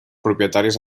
propietaris